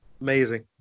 amazing